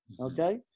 okay